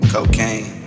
Cocaine